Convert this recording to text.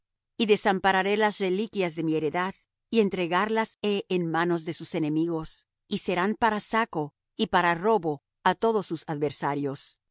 y desampararé las reliquias de mi heredad y entregarlas he en manos de sus enemigos y serán para saco y para robo á todos sus adversarios